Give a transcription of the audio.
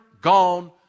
gone